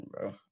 bro